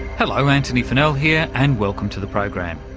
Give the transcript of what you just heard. hello, antony funnell here, and welcome to the program.